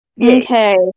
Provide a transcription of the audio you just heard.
okay